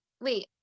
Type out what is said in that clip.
wait